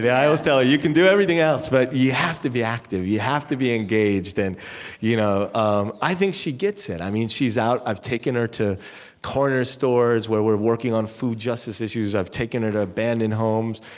i always tell her you can do everything else, but you have to be active. you have to be engaged. and you know um i think she gets it. i mean, she's out i've taken her to corner stores where we're working on food justice issues. i've taken her to abandoned homes,